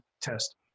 test